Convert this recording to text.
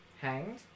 Hanged